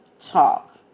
Talk